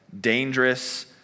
dangerous